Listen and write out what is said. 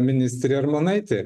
ministrė armonaitė